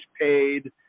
paid